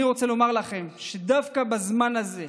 אני רוצה לומר לכם שדווקא בזמן הזה,